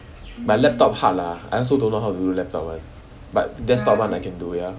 but laptop hard lah I also don't know how to do laptop one but desktop one I can do ya